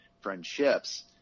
friendships